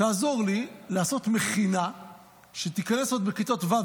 תעזור לי לעשות מכינה שתיכנס עוד בכיתות ו',